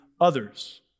others